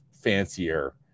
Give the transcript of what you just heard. fancier